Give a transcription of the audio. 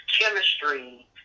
chemistry